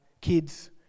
kids